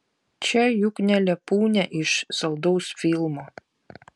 čia juk ne lepūnė iš saldaus filmo